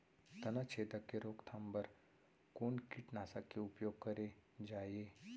तनाछेदक के रोकथाम बर कोन कीटनाशक के उपयोग करे जाये?